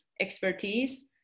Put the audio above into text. expertise